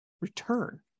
return